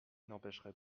n’empêcherait